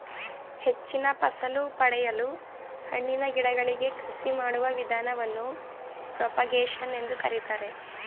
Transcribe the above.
ಹೆಚ್ಚಿನ ಫಸಲು ಪಡೆಯಲು ಹಣ್ಣಿನ ಗಿಡಗಳಿಗೆ ಕಸಿ ಮಾಡುವ ವಿಧಾನವನ್ನು ಪ್ರೋಪಾಗೇಶನ್ ಎಂದು ಕರಿತಾರೆ